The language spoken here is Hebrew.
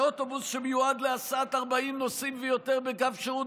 באוטובוס שמיועד להסעת 40 נוסעים ויותר בקו שירות